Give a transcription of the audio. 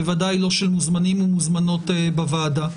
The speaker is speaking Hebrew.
בוודאי לא של מוזמנים ומוזמנות בוועדה,